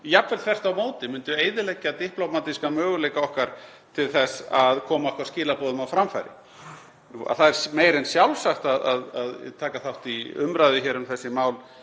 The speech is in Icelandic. jafnvel þvert á móti myndu eyðileggja diplómatíska möguleika okkar til þess að koma okkar skilaboðum á framfæri. Það er meira en sjálfsagt að taka þátt í umræðu um þessi mál